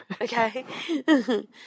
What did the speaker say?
Okay